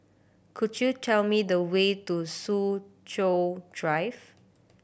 could you tell me the way to Soo Chow Drive